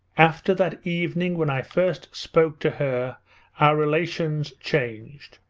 after that evening when i first spoke to her our relations changed.